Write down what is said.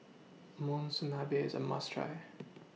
Monsunabe IS A must Try